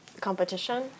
Competition